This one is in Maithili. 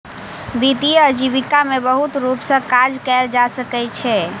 वित्तीय आजीविका में बहुत रूप सॅ काज कयल जा सकै छै